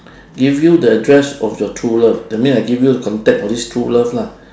give you the address of your true love that means I give you contact of this true love lah